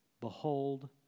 Behold